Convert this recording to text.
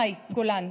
מאי גולן,